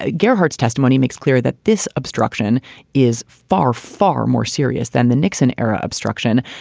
ah gephardt's testimony makes clear that this obstruction is far, far more serious than the nixon era obstruction.